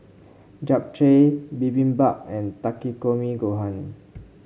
Japchae Bibimbap and Takikomi Gohan